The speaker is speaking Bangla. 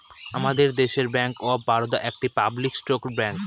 আমাদের দেশে ব্যাঙ্ক অফ বারোদা একটি পাবলিক সেক্টর ব্যাঙ্ক